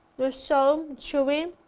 they're so chewy.